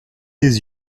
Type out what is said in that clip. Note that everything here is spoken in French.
les